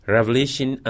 Revelation